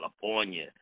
California